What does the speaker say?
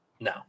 No